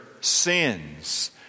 sins